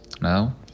now